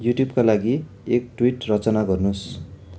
युट्युबका लागि एक ट्विट रचना गर्नु होस्